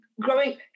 growing